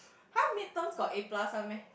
!huh! mid terms got A plus one meh